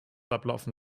ablaufen